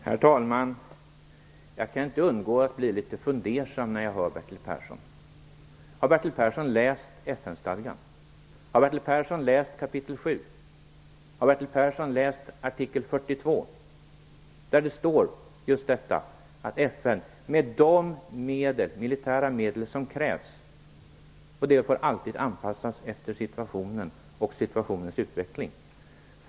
Herr talman! Jag kan inte undgå att bli litet fundersam när jag hör Bertil Persson. Har Bertil Persson läst FN-stadgan? Har Bertil Persson läst kapitel 7? Har Bertil Persson läst artikel 42? Där står just att FN skall använda de militära medel som krävs. Det får alltid anpassas efter situationen och dess utveckling.